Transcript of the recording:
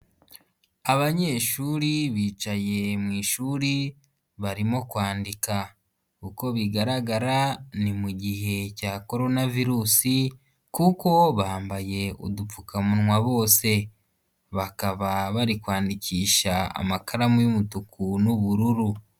Abanyeshuri bicaye mu ishuri barimo kwandika, uko bigaragara ni mu mugihe cya coronavirus kuko bambaye udupfukamunwa bose bakaba bari kwandikisha amakaramu y'umutuku n'ubururu.